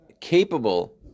capable